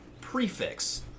prefix